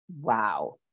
Wow